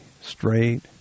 straight